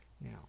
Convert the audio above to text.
Now